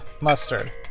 mustard